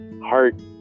heart